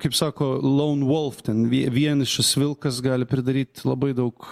kaip sako laun volf ten vie vienišas vilkas gali pridaryt labai daug